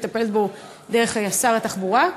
אני אטפל בו דרך שר התחבורה.